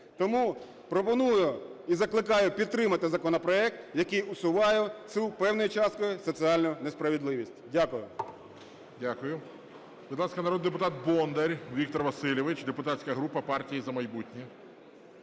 Тому пропоную і закликаю підтримати законопроект, який усуває цю певною часткою соціальну несправедливість. Дякую. ГОЛОВУЮЧИЙ. Дякую. Будь ласка, народний депутат Бондар Віктор Васильович, депутатська група партії "За майбутнє".